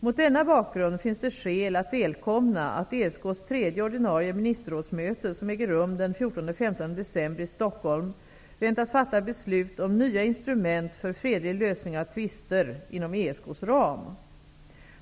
Mot denna bakgrund finns det skäl att välkomna att ESK:s tredje ordinarie ministerrådsmöte, som äger rum den 14--15 december i Stockholm, väntas fatta beslut om nya instrument för fredlig lösning av tvister inom ESK:s ram.